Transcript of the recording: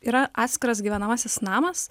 yra atskiras gyvenamasis namas